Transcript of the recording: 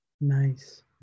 Nice